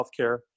healthcare